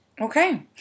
Okay